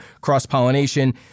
cross-pollination